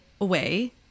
away